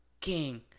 king